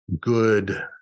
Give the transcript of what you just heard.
good